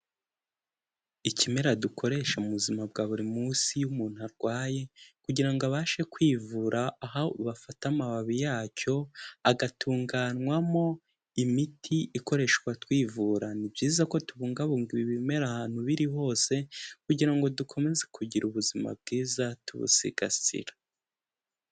Ikimera dukoresha mu buzima bwa buri munsi iyo umuntu arwaye kugira abashe kwivura, aho bafata amababi ya cyo agatunganywamo imiti ikoreshwa twivura. Ni byiza ko tubungabunga ibi bimera ahantu biri hose kugira ngo dukomeze kugira ubuzima bwiza tubusigasira.